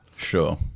Sure